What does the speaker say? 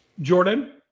Jordan